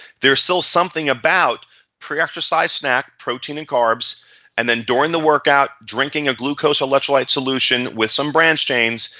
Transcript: there's still something about pre exercise snack, protein and carbs and then during the workout, drinking a glucose electrolyte solution with some branch chains.